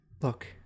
look